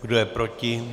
Kdo je proti?